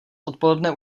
odpoledne